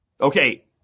Okay